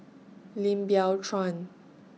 Lim Biow Chuan